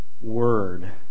word